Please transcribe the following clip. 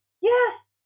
yes